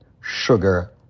sugar